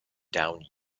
down